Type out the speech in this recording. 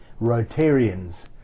Rotarians